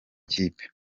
kipe